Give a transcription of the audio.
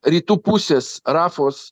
rytų pusės rafos